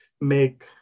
make